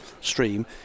stream